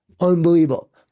unbelievable